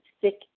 sick